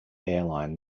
airline